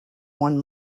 one